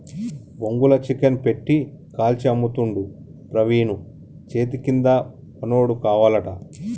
బొంగుల చికెన్ పెట్టి కాల్చి అమ్ముతుండు ప్రవీణు చేతికింద పనోడు కావాలట